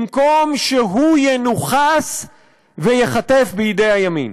במקום שהוא ינוכס וייחטף בידי הימין.